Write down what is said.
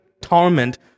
torment